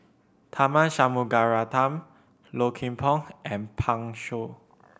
Tharman Shanmugaratnam Low Kim Pong and Pan Shou